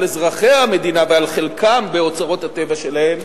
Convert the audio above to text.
אזרחי המדינה ועל חלקם באוצרות הטבע שלהם,